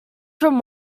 from